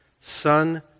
Son